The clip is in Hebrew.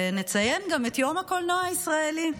ונציין גם את יום הקולנוע הישראלי.